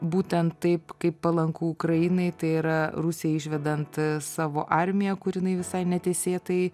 būtent taip kaip palanku ukrainai tai yra rusijai išvedant e savo armiją kur jinai visai neteisėtai